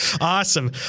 Awesome